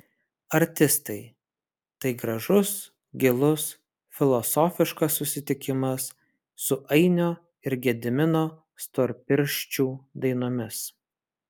artistai tai gražus gilus filosofiškas susitikimas su ainio ir gedimino storpirščių dainomis